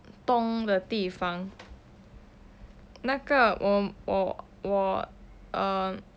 东的地方那个我我我 um